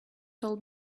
told